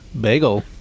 Bagel